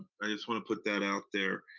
i just wanna put that out there.